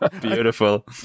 beautiful